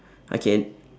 okay